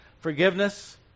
forgiveness